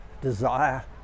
desire